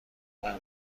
بگو